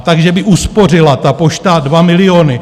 Takže by uspořila ta Pošta 2 miliony.